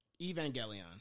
Evangelion